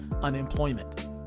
unemployment